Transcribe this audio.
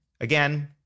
again